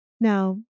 Now